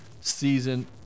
season